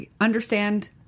understand